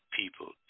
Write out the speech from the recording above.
people